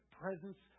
presence